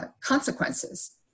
consequences